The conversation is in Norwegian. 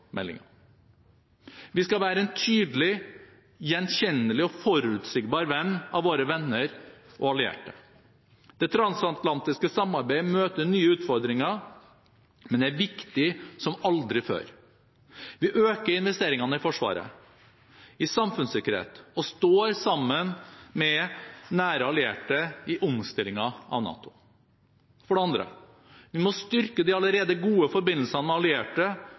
Veivalg-meldingen. Vi skal være en tydelig, gjenkjennelig og forutsigbar venn av våre venner og allierte. Det transatlantiske samarbeidet møter nye utfordringer, men er viktig som aldri før. Vi øker investeringene i Forsvaret, i samfunnssikkerhet, og står sammen med nære allierte i omstillingen av NATO. For det andre: Vi må styrke de allerede gode forbindelsene med allierte